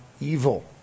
evil